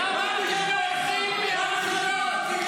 למה אתם בורחים מהאחריות?